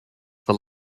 the